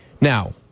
Now